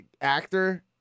actor